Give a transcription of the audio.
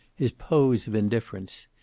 his pose of indifference.